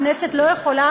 הכנסת לא יכולה